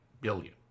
billion